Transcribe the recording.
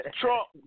Trump